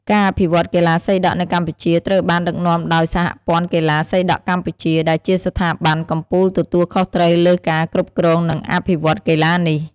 ការអភិវឌ្ឍកីឡាសីដក់នៅកម្ពុជាត្រូវបានដឹកនាំដោយ សហព័ន្ធកីឡាសីដក់កម្ពុជា ដែលជាស្ថាប័នកំពូលទទួលខុសត្រូវលើការគ្រប់គ្រង និងអភិវឌ្ឍកីឡានេះ។